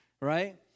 Right